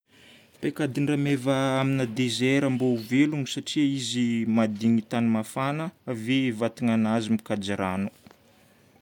Paikadin-drameva mba ho velogno: satria izy mahadigny tany mafana. Ave vatagnanazy mikajy rano.